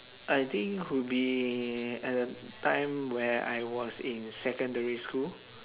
I think would be at a time where I was in secondary school